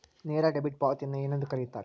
ನೇರ ಡೆಬಿಟ್ ಪಾವತಿಯನ್ನು ಏನೆಂದು ಕರೆಯುತ್ತಾರೆ?